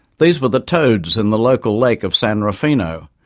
these were the toads in the local lake of san ruffino,